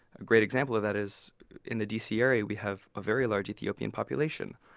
a great example of that is in the d c. area we have a very large ethiopian population.